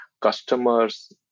customers